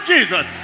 Jesus